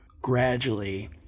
gradually